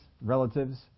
relatives